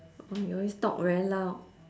or you always talk very loud